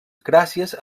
gràcies